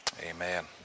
Amen